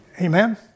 Amen